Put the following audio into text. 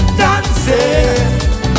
dancing